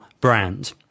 brand